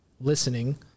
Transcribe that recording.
listening